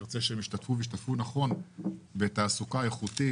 אנחנו נרצה שהן ישתתפו נכון בתעסוקה איכותית.